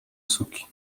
suki